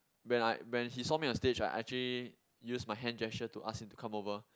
when I when he saw me on stage I actually use my hand gesture to ask him to come over